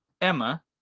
Emma